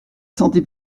santé